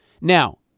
Now